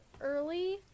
early